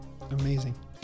Amazing